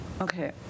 okay